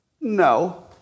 No